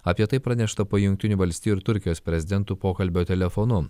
apie tai pranešta po jungtinių valstijų ir turkijos prezidentų pokalbio telefonu